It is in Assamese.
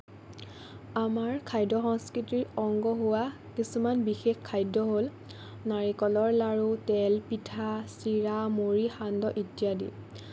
আমাৰ খাদ্য সংস্কৃতিৰ অংগ হোৱা কিছুমান বিশেষ খাদ্য হ'ল নাৰিকলৰ লাড়ু তেল পিঠা চিৰা মুৰি সান্দহ ইত্যাদি